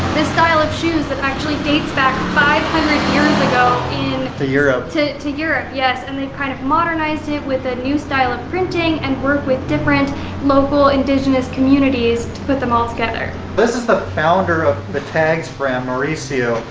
this style of shoes that actually dates back five hundred years ago and to europe. to to europe, yes. and they've kind of modernized it with a new style of printing and work with different local indigenous communities to put them all together. this is the founder of the tags brand, mauricio.